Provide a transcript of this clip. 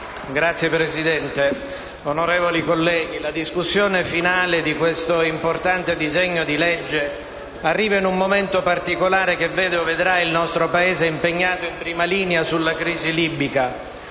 Signor Presidente, onorevoli colleghi, la discussione finale di questo importante disegno di legge arriva in un momento particolare che vedrà il nostro Paese impegnato in prima linea sulla crisi libica.